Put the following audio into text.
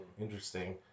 Interesting